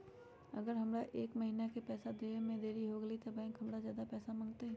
अगर हमरा से एक महीना के पैसा देवे में देरी होगलइ तब बैंक हमरा से ज्यादा पैसा मंगतइ?